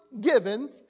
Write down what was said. given